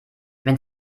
wenn